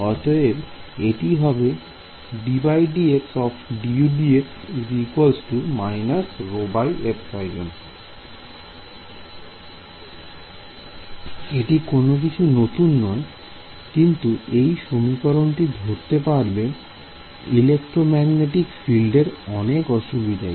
অতএব এটি হবে ddx dUdx − ρε এটি কোন কিছু নতুন নয় কিন্তু এই সমীকরণটি ধরতে পারবে ইলেক্ট্রোম্যাগনেটিক ফিল্ডের অনেক অসুবিধাই